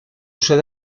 sede